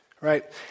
right